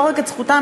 לא רק את זכותם,